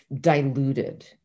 diluted